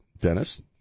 Dennis